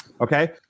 okay